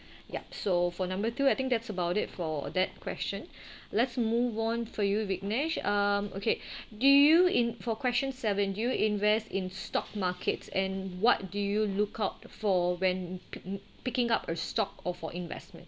yup so for number two I think that's about it for that question let's move on for you viknesh um okay do you in for question seven do you invest in stock markets and what do you look out for when pi~ m~ picking up a stock or for investment